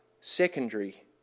secondary